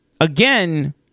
again